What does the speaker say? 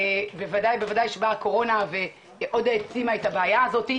בוודאי ובוודאי שבאה הקורונה ועוד העצימה את הבעיה הזאת.